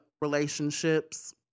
relationships